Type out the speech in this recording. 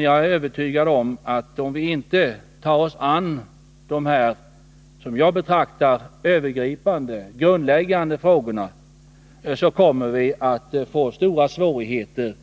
Jag är övertygad om att om vi inte griper oss an dessa frågor, som jag betraktar som övergripande och grundläggande, kommer vi i framtiden att få stora svårigheter